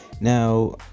Now